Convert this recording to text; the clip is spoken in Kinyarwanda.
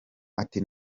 ati